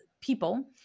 people